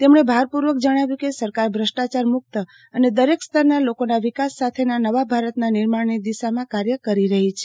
તેમણે ભારપૂર્વક જણાવ્યું કે સરકાર ભ્રષ્ટાચાર મુક્ત અને દરેક સ્તરના લોકોના વિકાસ સાથેના નવા ભારતના નિર્માણની દિશામાં કાર્ય કરી રહી છે